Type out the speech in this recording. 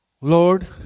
Lord